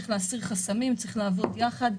צריך להסיר חסמים, צריך לעבוד יחד.